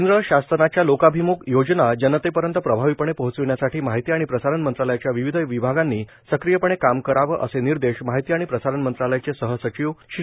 केंद्र शासनाच्या लोकाभिम्ख योजना जनतेपर्यंत प्रभावीपणे पोहचविण्यासाठी माहिती आणि प्रसारण मंत्रालयाच्या विवीध विभागांनी सक्रीयपणे काम करावे असे निर्देश माहिती आणि प्रसारण मंत्रालयाचे सह सचीव श्री